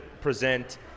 present